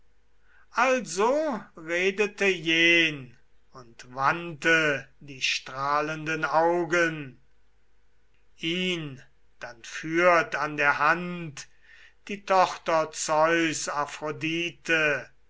also redete jen und wandte die strahlenden augen ihn dann führt an der hand die tochter zeus